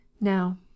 now